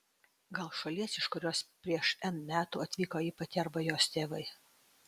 gal šalies iš kurios prieš n metų atvyko ji pati arba jos tėvai